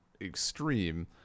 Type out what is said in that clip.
extreme